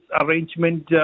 arrangement